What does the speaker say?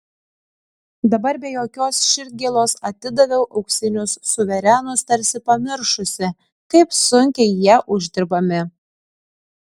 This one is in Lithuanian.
dabar be jokios širdgėlos atidaviau auksinius suverenus tarsi pamiršusi kaip sunkiai jie uždirbami